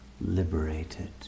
liberated